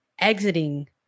exiting